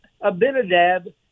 Abinadab